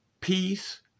peace